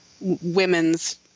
women's